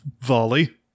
volley